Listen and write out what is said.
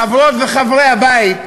חברות וחברי הבית,